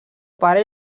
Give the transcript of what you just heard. pare